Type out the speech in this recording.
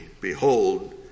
Behold